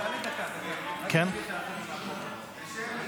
זה שמית,